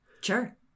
Sure